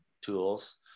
tools